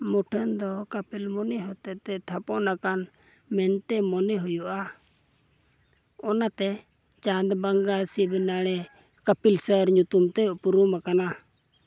ᱢᱩᱴᱷᱟᱹᱱᱫᱚ ᱠᱟᱯᱤᱞ ᱢᱩᱱᱤ ᱦᱚᱛᱮᱛᱮ ᱛᱷᱟᱯᱚᱱ ᱟᱠᱟᱱ ᱢᱮᱱᱛᱮ ᱢᱚᱱᱮ ᱦᱩᱭᱩᱜᱼᱟ ᱚᱱᱟᱛᱮ ᱪᱟᱸᱫᱽ ᱵᱟᱸᱜᱟ ᱥᱤᱵᱽ ᱱᱟᱲᱮ ᱠᱟᱯᱤᱞᱥᱚᱨ ᱧᱩᱛᱩᱢᱛᱮ ᱩᱯᱨᱩᱢ ᱟᱠᱟᱱᱟ